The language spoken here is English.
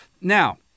Now